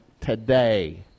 today